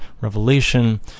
revelation